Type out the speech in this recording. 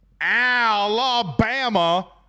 Alabama